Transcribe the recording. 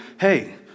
hey